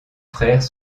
frères